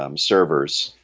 um servers